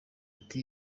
ati